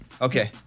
Okay